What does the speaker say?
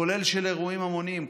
כולל של אירועים המוניים,